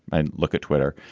i look at twitter.